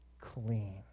clean